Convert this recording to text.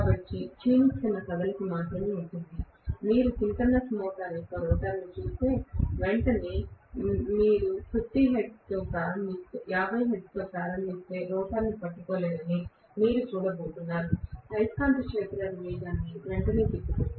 కాబట్టి క్షీణిస్తున్న కదలిక మాత్రమే ఉంటుంది మీరు సింక్రోనస్ మోటారు యొక్క రోటర్ను చూస్తే మీరు వెంటనే 50 హెర్ట్జ్తో ప్రారంభిస్తే రోటర్ను పట్టుకోలేరని మీరు చూడబోతున్నారు అయస్కాంత క్షేత్ర వేగాన్ని వెంటనే తిప్పుతుంది